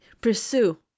pursue